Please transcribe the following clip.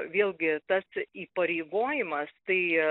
vėlgi tas įpareigojimas tai